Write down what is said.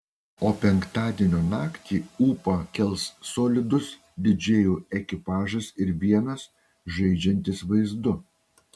o penktadienio naktį ūpą kels solidus didžėjų ekipažas ir vienas žaidžiantis vaizdu